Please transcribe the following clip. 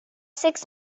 six